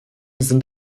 sind